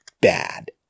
bad